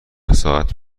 ساعت